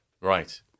right